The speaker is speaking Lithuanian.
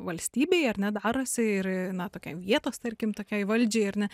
valstybei ar ne darosi ir na tokiai vietos tarkim tokiai valdžiai ar ne